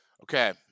Okay